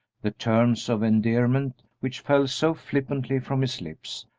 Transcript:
the terms of endearment which fell so flippantly from his lips,